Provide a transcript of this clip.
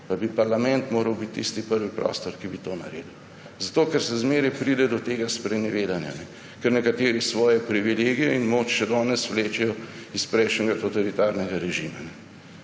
Pa bi parlament moral biti tisti prvi prostor, ki bi to naredil. Zato ker se zmeraj pride do tega sprenevedanja, ker nekateri svoje privilegije in moč še danes vlečejo iz prejšnjega, totalitarnega režima.